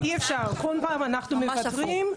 ואי אפשר, כל פעם אנחנו מוותרים.